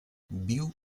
viu